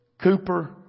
Cooper